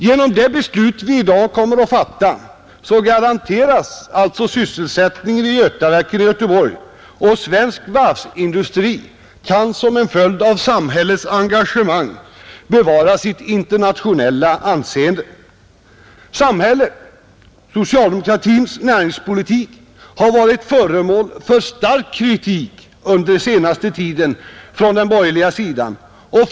Genom det beslut vi i dag skall fatta garanteras alltså sysselsättningen vid Götaverken i Göteborg, och svensk varvsindustri kan som en följd av samhällets engagemang bevara sitt internationella anseende. Samhällets, och socialdemokratins, näringspolitik har varit föremål för stark kritik under den senaste tiden från den borgerliga sidan.